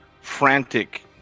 frantic